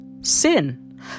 Sin